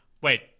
Wait